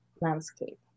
landscape